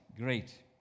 great